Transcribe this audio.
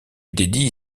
dédie